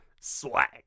Swag